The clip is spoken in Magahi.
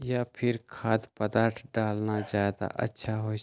या फिर खाद्य पदार्थ डालना ज्यादा अच्छा होई?